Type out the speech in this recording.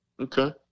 Okay